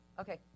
Okay